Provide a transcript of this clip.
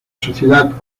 sociedad